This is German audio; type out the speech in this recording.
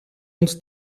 uns